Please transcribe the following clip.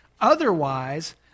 Otherwise